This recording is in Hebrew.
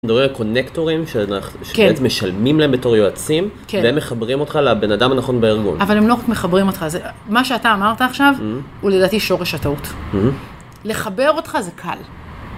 מדברים הקונקטורים, שאתם משלמים להם בתור יועצים, והם מחברים אותך לבן אדם הנכון בארגון. אבל הם לא רק מחברים אותך, מה שאתה אמרת עכשיו, הוא לדעתי שורש הטעות. לחבר אותך זה קל.